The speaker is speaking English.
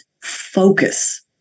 focus